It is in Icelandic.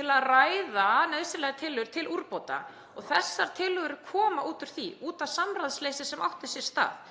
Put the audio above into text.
til að ræða nauðsynlegar tillögur til úrbóta og þessar tillögur komu út úr því, út af samráðsleysi sem átti sér stað.